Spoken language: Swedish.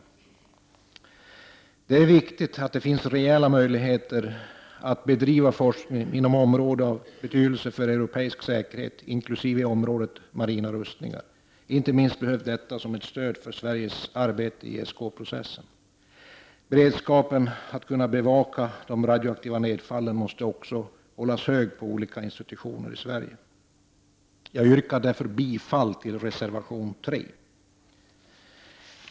Det är viktigt att det finns rejäla möjligheter att bedriva forskning inom områden av betydelse för europeisk säkerhet inkl. området marina rustningar. Inte minst behövs detta som ett stöd för Sveriges arbete i ESK-processen. Beredskapen på olika institutioner i Sverige att bevaka de radioaktiva nedfallen måste också hållas hög. Jag yrkar därför bifall till reservation 3.